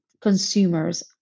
consumers